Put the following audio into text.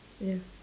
ya